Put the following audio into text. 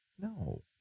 no